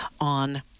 on